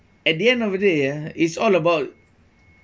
at the end of the day ah it's all about